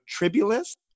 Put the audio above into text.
tribulus